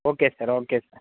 okay sir okay sir